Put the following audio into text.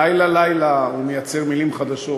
לילה-לילה הוא מייצר מילים חדשות,